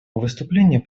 выступление